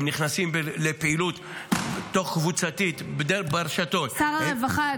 הם נכנסים לפעילות תוך-קבוצתית ברשתות --- שר הרווחה,